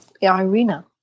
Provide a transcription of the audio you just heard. Irina